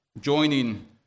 joining